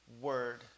word